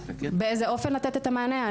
באיזה אופן לתת את המענה?